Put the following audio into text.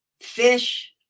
Fish